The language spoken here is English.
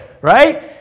right